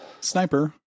Sniper